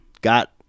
got